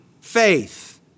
faith